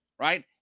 right